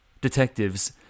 detectives